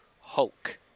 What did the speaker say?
Hulk